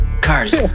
cars